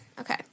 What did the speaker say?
Okay